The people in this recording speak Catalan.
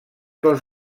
pels